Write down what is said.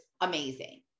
amazing